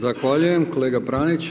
Zahvaljujem kolega Pranić.